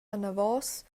anavos